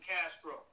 Castro